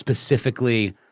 Specifically